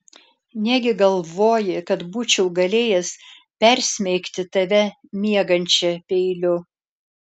negi galvoji kad būčiau galėjęs persmeigti tave miegančią peiliu